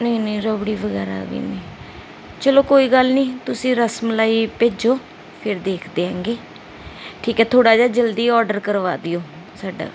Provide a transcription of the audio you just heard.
ਨਹੀਂ ਨਹੀਂ ਰਬੜੀ ਵਗੈਰਾ ਵੀ ਨਹੀਂ ਚਲੋ ਕੋਈ ਗੱਲ ਨਹੀਂ ਤੁਸੀਂ ਰਸਮਲਾਈ ਭੇਜੋ ਫਿਰ ਦੇਖਦੇ ਆਗੇ ਠੀਕ ਹੈ ਥੋੜਾ ਜਿਹਾ ਜਲਦੀ ਆਰਡਰ ਕਰਵਾ ਦਿਓ ਸਾਡਾ